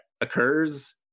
occurs